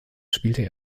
spielte